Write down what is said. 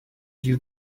due